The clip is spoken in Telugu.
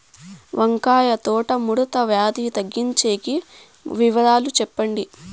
వంకాయ తోట ముడత వ్యాధి తగ్గించేకి వివరాలు చెప్పండి?